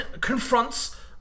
confronts